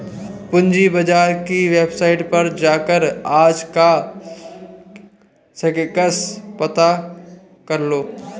पूंजी बाजार की वेबसाईट पर जाकर आज का सेंसेक्स पता करलो